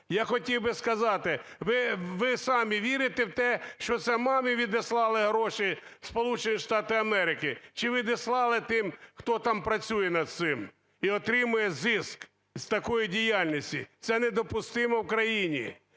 Я хотів би сказати, ви самі вірите в те, що це мамі відіслали гроші в Сполучені Штати Америки? Чи відіслали тим, хто там працює над цим і отримує зиск з такої діяльності? Це недопустимо в країні.